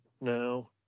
now